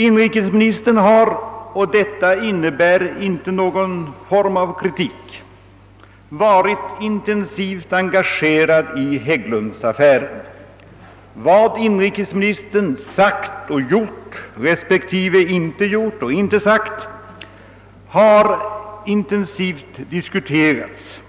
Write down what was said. Inrikesministern har — och detta innebär inte någon form av kritik — varit intensivt engagerad i Hägglundsaffären. Vad inrikesministern sagt och gjort, respektive inte gjort och sagt, har intensivt diskuterats